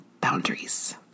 boundaries